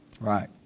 Right